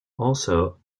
also